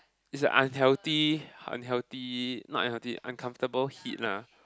it's like unhealthy unhealthy not unhealthy uncomfortable heat lah